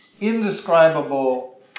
indescribable